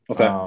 Okay